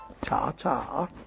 Ta-ta